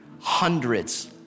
Hundreds